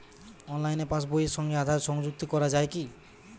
অনলাইনে পাশ বইয়ের সঙ্গে আধার সংযুক্তি করা যায় কি?